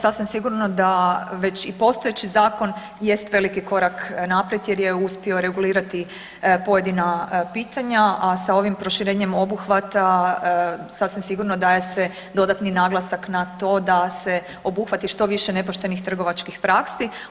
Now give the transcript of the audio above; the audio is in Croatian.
Sasvim sigurno da već i postojeći zakon jest veliki korak naprijed jer je uspio regulirati pojedina pitanja, a sa ovim proširenjem obuhvata sasvim sigurno daje se dodatni naglasak na to da se obuhvati što više nepoštenih trgovačkih praksi.